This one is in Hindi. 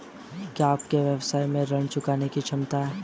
क्या आपके व्यवसाय में ऋण चुकाने की क्षमता है?